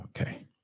Okay